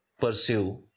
pursue